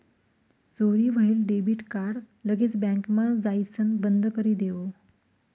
चोरी व्हयेल debit card लगेच बँकमा जाइसण बंदकरी देवो